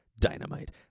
Dynamite